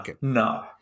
no